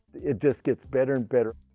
it just gets better and better.